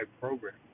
program